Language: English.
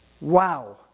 Wow